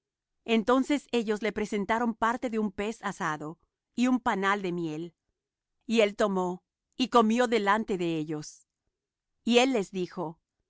entonces ellos le presentaron parte de un pez asado y un panal de miel y él tomó y comió delante de ellos y él les dijo